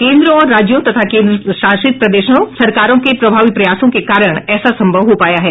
केन्द्र और राज्यों तथा केन्द्र शासित प्रदेशों सरकारों के प्रभावी प्रयासों के कारण ऐसा संभव हो पाया है